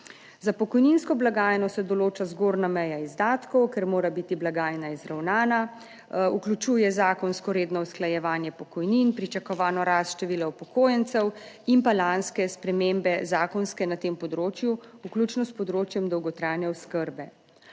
Za pokojninsko blagajno se določa zgornja meja izdatkov, ker mora biti blagajna izravnana, vključuje zakonsko redno usklajevanje pokojnin, pričakovano rast števila upokojencev in pa lanske spremembe zakonske na tem področju, vključno s področjem dolgotrajne oskrbe.